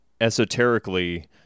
esoterically